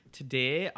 today